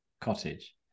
cottage